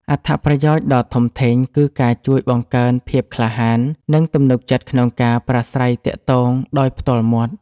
អត្ថប្រយោជន៍ដ៏ធំធេងគឺការជួយបង្កើនភាពក្លាហាន និងទំនុកចិត្តក្នុងការប្រាស្រ័យទាក់ទងដោយផ្ទាល់មាត់។